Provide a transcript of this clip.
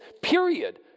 period